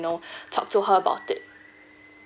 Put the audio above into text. know talk to her about it